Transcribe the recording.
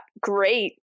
great